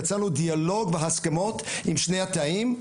יצרנו דיאלוג והסכמות עם שני התאים,